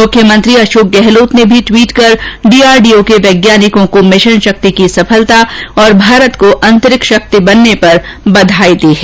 मुख्यमंत्री अशोक गहलोत ने भी ट्वीट कर डीआरडीओ के वैज्ञानिकों को मिशन शक्ति की सफलता और भारत को अंतरिक्ष शक्ति बनने पर बधाई दी है